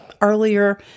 earlier